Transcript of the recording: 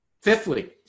Fifthly